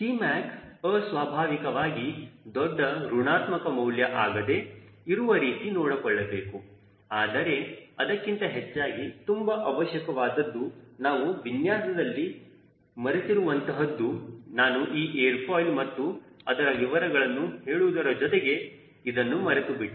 Cmac ಅಸ್ವಾಭಾವಿಕವಾಗಿ ದೊಡ್ಡ ಋಣಾತ್ಮಕ ಮೌಲ್ಯ ಆಗದೇ ಇರುವ ತರಹ ನೋಡಿಕೊಳ್ಳಬೇಕು ಆದರೆ ಅದಕ್ಕಿಂತ ಹೆಚ್ಚಾಗಿ ತುಂಬಾ ಅವಶ್ಯಕವಾದದ್ದು ನಾವು ವಿನ್ಯಾಸದಲ್ಲಿ ಮರೆತ್ಇರುವಂತಹದ್ದು ನಾನು ಈ ಏರ್ ಫಾಯಿಲ್ ಮತ್ತು ಅದರ ವಿವರಗಳನ್ನು ಹೇಳುವುದರ ಜೊತೆಗೆ ಇದನ್ನು ಮರೆತುಬಿಟ್ಟೆ